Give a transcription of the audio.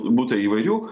būta įvairių